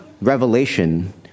Revelation